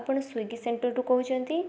ଆପଣ ସ୍ଵିଗି ସେଣ୍ଟର୍ରୁ କହୁଛନ୍ତି